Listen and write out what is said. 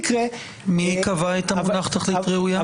מי קבע את המונח תכלית ראויה,